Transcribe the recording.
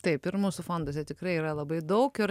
taip ir mūsų fonduose tikrai yra labai daug ir